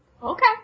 Okay